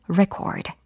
record